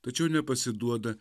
tačiau nepasiduoda